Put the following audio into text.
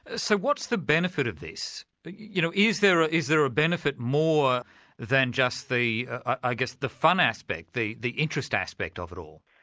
ah so what's the benefit of this? you know is there ah is there a benefit more than just the i guess the fun aspect, the the interest aspect of it all?